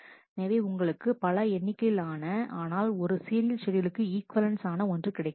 எனவே உங்களுக்கு பல எண்ணிக்கையிலான ஆனால் ஒரு சீரியல் ஷெட்யூலுக்கு இக்வலன்ஸ் ஆன ஒன்று கிடைக்கிறது